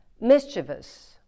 mischievous